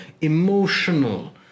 emotional